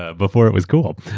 ah before it was cool.